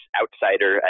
outsider